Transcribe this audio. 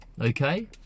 okay